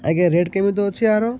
ଆଜ୍ଞା ରେଟ୍ କେମିତି ଅଛି ଆର